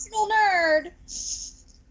nerd